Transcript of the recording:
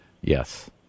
Yes